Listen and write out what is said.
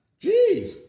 Jeez